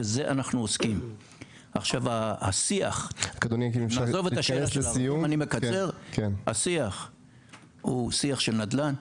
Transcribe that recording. השיח הוא שיח של נדל"ן.